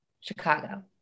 Chicago